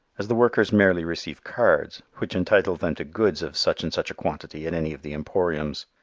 as the workers merely receive cards, which entitle them to goods of such and such a quantity at any of the emporiums.